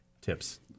tips